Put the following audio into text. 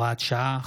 הוראת שעה,